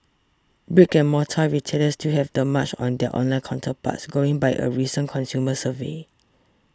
brick and mortar retailers still have the march on their online counterparts going by a recent consumer survey